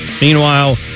Meanwhile